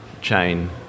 chain